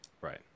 Right